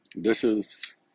dishes